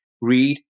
read